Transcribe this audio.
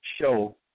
show